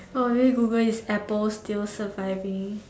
oh maybe Google is apple still surviving